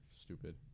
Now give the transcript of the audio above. stupid